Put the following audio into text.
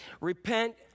repent